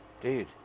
dude